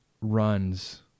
runs